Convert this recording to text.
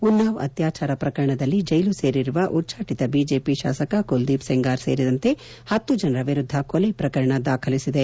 ಉನ್ನಾವ್ ಅತ್ಯಾಚಾರ ಪ್ರಕರಣದಲ್ಲಿ ಜೈಲು ಸೇರಿರುವ ಉಚ್ದಾಟಿತ ಬಿಜೆಪಿ ಶಾಸಕ ಕುಲದೀಪ್ ಸೆಂಗಾರ್ ಸೇರಿದಂತೆ ಹತ್ತು ಜನರ ವಿರುದ್ದ ಕೊಲೆ ಪ್ರಕರಣ ದಾಖಲಿಸಿದೆ